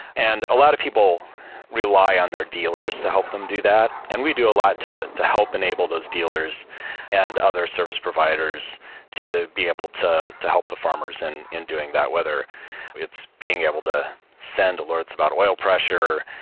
and a lot of people rely on their dealers to help them do that, and we do a lot to to help enable those dealers and other service providers to be able to to help the farmers and in doing that, whether it's being able to send alerts about oil pressure,